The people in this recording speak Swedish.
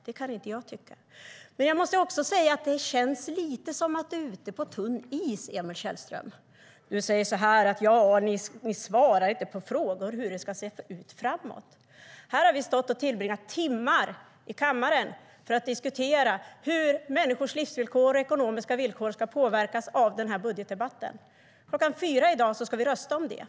Det kan inte jag tycka. Men det känns lite som att du är ute på tunn is, Emil Källström. Du säger: Ni svarar ju inte på frågor om hur det ska se ut framåt. Här har vi stått och tillbringat timmar i kammaren för att diskutera hur människors livsvillkor och ekonomiska villkor ska påverkas av den här budgetdebatten. Klockan fyra i dag ska vi rösta om det.